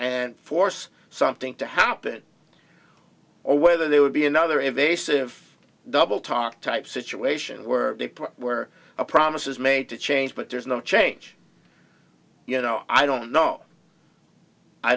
and force something to happen or whether there would be another invasive doubletalk type situation were were a promises made to change but there's no change you know i don't know i